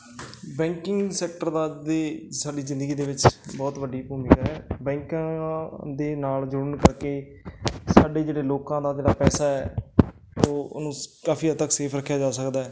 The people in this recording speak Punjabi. ਬੈਂਕਿੰਗ ਸੈਕਟਰ ਦਾ ਦੇ ਸਾਡੀ ਜ਼ਿੰਦਗੀ ਦੇ ਵਿੱਚ ਬਹੁਤ ਵੱਡੀ ਭੂਮਿਕਾ ਹੈ ਬੈਂਕਾਂ ਦੇ ਨਾਲ ਜੁੜਨ ਕਰਕੇ ਸਾਡੇ ਜਿਹੜੇ ਲੋਕਾਂ ਦਾ ਜਿਹੜਾ ਪੈਸਾ ਹੈ ਉਹ ਉਹਨੂੰ ਕਾਫੀ ਹੱਦ ਤੱਕ ਸੇਫ ਰੱਖਿਆ ਜਾ ਸਕਦਾ